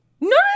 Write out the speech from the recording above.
No